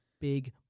big